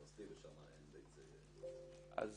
את